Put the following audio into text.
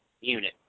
unit